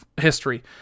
history